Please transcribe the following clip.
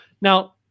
now